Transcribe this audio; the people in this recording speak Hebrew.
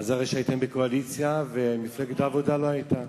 אז הרי הייתם בקואליציה ומפלגת העבודה לא היתה.